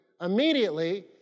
immediately